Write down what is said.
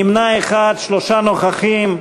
נמנע אחד, שלושה נוכחים.